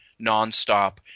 nonstop